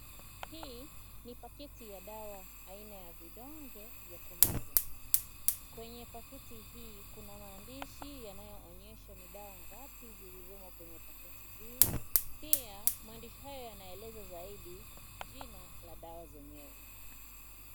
Hii ni pakiti ya dawa aina ya vidonge vya kumeza , kwenye pakiti hii kuna maandishi yanayoonyesha ni dawa ngapi zilizomo kwenye pakiti hii pia maandishi haya yanaeleza zaidi jina ya dawa yenyewe.